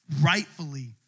rightfully